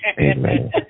Amen